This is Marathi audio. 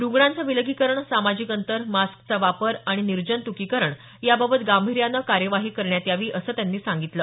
रुग्णांचं विलगीकरण सामाजिक अंतर मास्कचा वापर आणि निर्जंतुकीकरण याबाबत गांभीर्यानं कार्यवाही करण्यात यावी असं त्यांनी सांगितलं